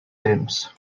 temps